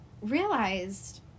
realized